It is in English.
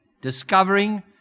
Discovering